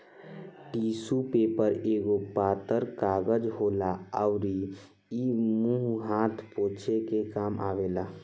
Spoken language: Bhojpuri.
टिशु पेपर एगो पातर कागज होला अउरी इ मुंह हाथ पोछे के काम आवेला